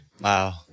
Wow